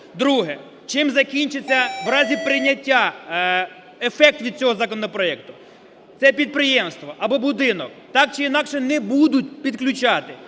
Друге. Чим закінчиться в разі прийняття, ефект від цього законопроекту? Це підприємство або будинок, так чи інакше, не будуть підключати